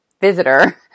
visitor